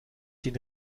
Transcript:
den